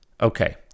Okay